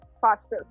fastest